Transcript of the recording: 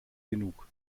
genug